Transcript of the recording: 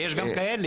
יש גם כאלה.